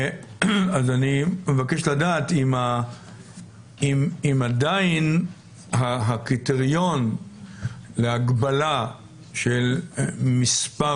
אני מבקש לדעת אם עדיין הקריטריון להגבלה של מספר